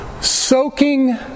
Soaking